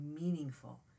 meaningful